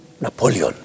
Napoleon